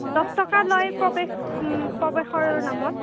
দহ টকা লয় প্ৰৱেশ প্ৰৱেশৰ নামত